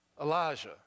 Elijah